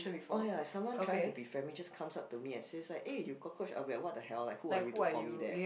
oh ya someone trying to be friendly just comes up to me and say it's like eh you cockroach I will be like what the hell who are you to call me that